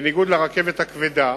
בניגוד לרכבת הכבדה,